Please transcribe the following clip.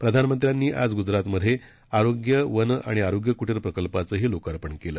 प्रधानमंत्र्यांनी आज गुजरातमध्ये आरोग्य वन आणि आरोग्य कुटीर प्रकल्पाचंही लोकार्पण केलं